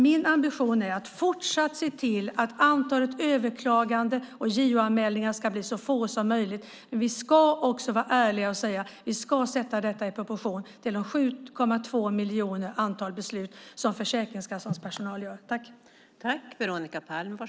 Min ambition är att fortsatt se till att antalet överklaganden och JO-anmälningar ska bli så litet som möjligt, men vi ska också vara ärliga och sätta detta i proportion till de 7,2 miljoner beslut som Försäkringskassans personal fattar.